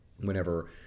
whenever